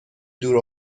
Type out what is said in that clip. دور